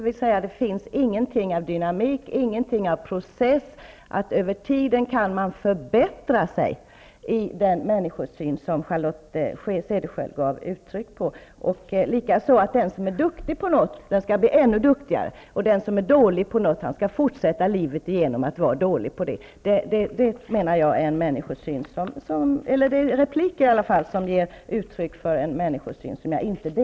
Där finns ingenting av dynamik, ingenting av process, dvs. ingen tro att man kan förbättra sig över tiden. Den som är duktig i ett ämne skall alltså bli ännu duktigare, och den som är dålig i ett ämne skall fortsätta livet igenom att vara dålig på det. Jag delar inte den människosynen.